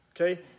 Okay